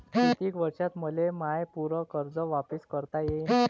कितीक वर्षात मले माय पूर कर्ज वापिस करता येईन?